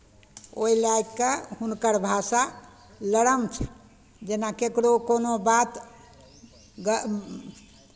ओहि लए कऽ हुनकर भाषा नरम छै जेना ककरो कोनो बात ग